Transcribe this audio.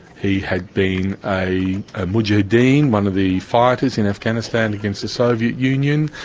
he had been a mujahidin, one of the fighters in afghanistan against the soviet union,